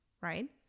Right